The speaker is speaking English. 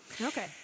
okay